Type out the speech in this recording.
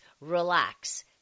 relax